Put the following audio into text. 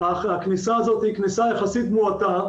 הכניסה הזאת היא כניסה יחסית מועטה,